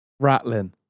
rattling